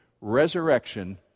resurrection